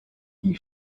die